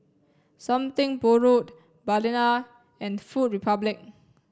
something borrowed Balina and Food Republic